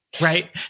right